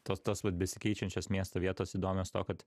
tos tos vat besikeičiančios miesto vietos įdomios tuo kad